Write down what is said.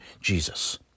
Jesus